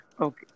Okay